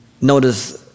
Notice